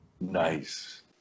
Nice